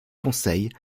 conseil